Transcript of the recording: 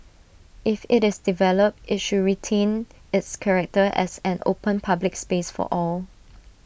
if IT is developed IT should retain its character as an open public space for all